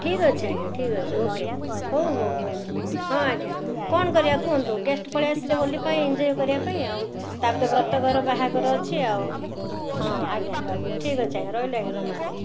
ଠିକ୍ ଅଛି ଆଜ୍ଞା ଠିକ୍ ଅଛି ଓକେ ହଉ ହଉ ହଉ ହଁ ଆଜ୍ଞା କଣ କରିବା କୁହନ୍ତୁ ଗେଷ୍ଟ ପଳେଇ ଆସିଲେ ହୋଲି ପାଇଁ ଏଞ୍ଜୟ କରିବା ପାଇଁ ଆଉ ତାପରେ ବ୍ରତଘର ବାହାଘର ଅଛି ଆଉ ହଁ ଆଜ୍ଞା ଠିକ୍ ଅଛି ଆଜ୍ଞା ରହିଲି ଆଜ୍ଞା ନମସ୍ତେ